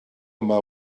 yma